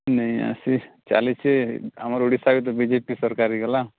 ନେଇ ଆସି ଚାଲିଛି ଆମର ଓଡ଼ିଶାକେ ତ ବି ଜେ ପି ସରକାର ହେଇଗଲା